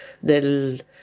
del